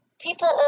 People